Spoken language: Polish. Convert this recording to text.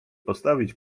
postawić